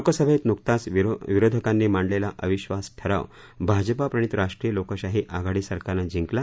लोकसभेत नुकताच विरोधतांनी मांडलेला अविधास ठराव भाजपा प्रणित राष्ट्रीय लोकशाही आघाडी सरकारनं जिंकला